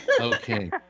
Okay